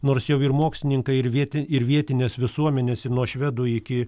nors jau ir mokslininkai ir vieti ir vietinės visuomenės ir nuo švedų iki